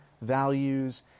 values